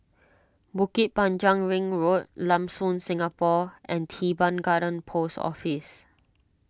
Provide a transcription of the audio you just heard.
Bukit Panjang Ring Road Lam Soon Singapore and Teban Garden Post Office